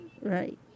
Right